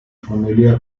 familia